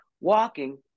walking